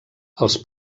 els